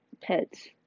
pets